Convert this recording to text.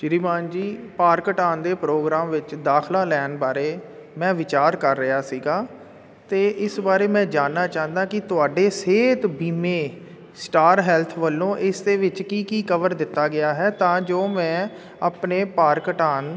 ਸ਼੍ਰੀ ਮਾਨ ਜੀ ਭਾਰ ਘਟਾਉਣ ਦੇ ਪ੍ਰੋਗਰਾਮ ਵਿੱਚ ਦਾਖਲਾ ਲੈਣ ਬਾਰੇ ਮੈਂ ਵਿਚਾਰ ਕਰ ਰਿਹਾ ਸੀਗਾ ਅਤੇ ਇਸ ਬਾਰੇ ਮੈਂ ਜਾਨਣਾ ਚਾਂਦਾ ਕੀ ਤੁਹਾਡੇ ਸਿਹਤ ਬੀਮੇ ਸਟਾਰ ਹੈਲਥ ਵਲੋਂ ਇਸ ਦੇ ਵਿੱਚ ਕੀ ਕੀ ਕਵਰ ਦਿੱਤਾ ਗਿਆ ਹੈ ਤਾਂ ਜੋ ਮੈਂ ਆਪਣੇ ਭਾਰ ਘਟਾਉਣ